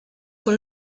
for